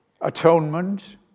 Atonement